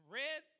red